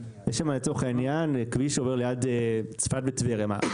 יש שם, לצורך העניין, כביש שעובר ליד צפת וטבריה.